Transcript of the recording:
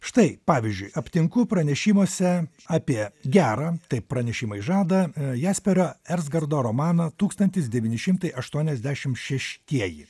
štai pavyzdžiui aptinku pranešimuose apie gerą taip pranešimai žada jasperio erzgardo romaną tūkstantis devyni šimtai aštuoniasdešim šeštieji